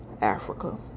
Africa